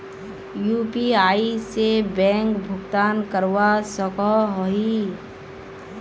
UPI से bank भुगतान करवा सकोहो ही?